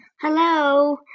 Hello